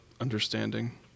understanding